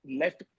left